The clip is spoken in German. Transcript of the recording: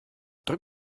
drück